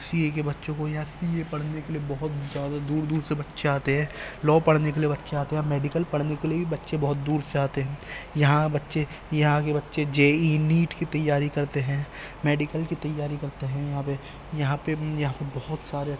سی A کے بچوں کو یہاں سی اے پڑھنے کے لیے بہت زیادہ دور دور سے بچے آتے ہیں لا پڑھنے کے لیے بچے آتے ہیں یہاں میڈیکل پڑھنے کے لیے بھی بچے بہت دور سے آتے ہیں یہاں بچے یہاں کے بچے جے ای نیٹ کی تیاری کرتے ہیں میڈیکل کی تیاری کرتے ہیں یہاں پہ یہاں پہ بہت سارے